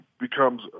becomes